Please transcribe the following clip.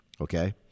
okay